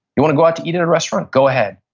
you want to go out to eat at a restaurant, go ahead.